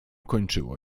kończyło